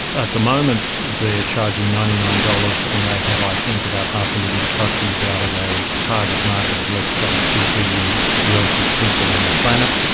at the moment they're charging ninety nine dollars and they have, i think, about half a million customers out of a target market of let's say two billion wealthy people on the planet,